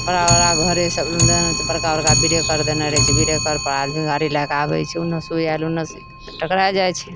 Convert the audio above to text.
बड़ा बड़ा घरे सब देने छै बड़का बड़का बिरेकर देने रहै छै बिरेकर पर आदमी गाड़ी लए कए आबै छै ओन्ने से ओ आएल ओन्ने से टकराए जाइ छै